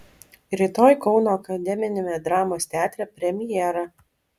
rytoj kauno akademiniame dramos teatre premjera